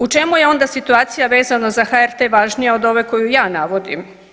U čemu je onda situacija vezano za HRT važnija od ove koju ja navodim?